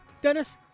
Dennis